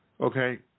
okay